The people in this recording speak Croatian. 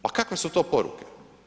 Pa kakve su to poruke.